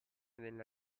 nella